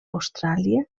austràlia